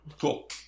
Cool